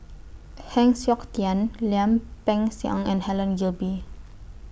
Heng Siok Tian Lim Peng Siang and Helen Gilbey